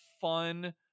fun